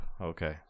okay